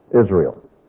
Israel